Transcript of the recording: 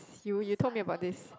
you you told me about this